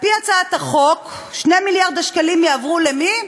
על-פי הצעת החוק, 2 מיליארד השקלים, יעברו למי?